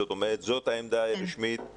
זאת אומרת זאת העמדה הרשמית?